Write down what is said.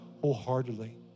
wholeheartedly